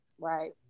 Right